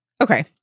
okay